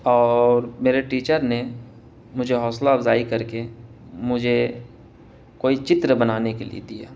اور میرے ٹیچر نے مجھے حوصلہ افزائی کر کے مجھے کوئی چتر بنانے کے لیے دیا